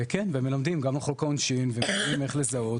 כן, מלמדים גם על חוק העונשין ומלמדים איך לזהות.